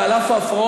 ועל אף ההפרעות,